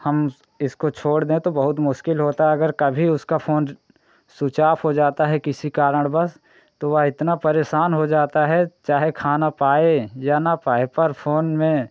हम इसको छोड़ दें तो बहुत मुश्किल होता अगर कभी उसका फ़ोन स्विच ऑफ़ हो जाता है किसी कारणवश तो वह इतना परेशान हो जाता है चाहे खाना पाए या ना पाए पर फ़ोन में